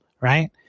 right